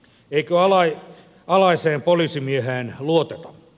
eikö alaiseen poliisimieheen luoteta